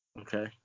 Okay